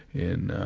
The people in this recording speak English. in ah,